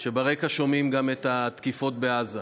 כשברקע שומעים גם את התקיפות בעזה.